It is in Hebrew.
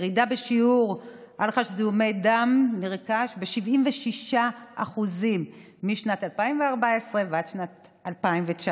ירידה בשיעור אלח דם נרכש ב-76% משנת 2014 עד סוף 2019,